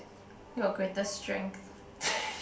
your greatest strength